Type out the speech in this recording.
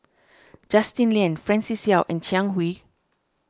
Justin Lean Francis Seow and Jiang Hu